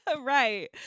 Right